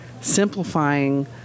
simplifying